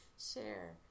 share